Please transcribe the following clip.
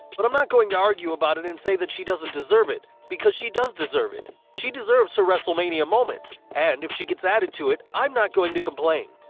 but i'm not going to argue about it and say that she doesn't deserve it, because she does deserve it. she deserves her wrestlemania moment and, if she gets added to it, i'm not going to complain.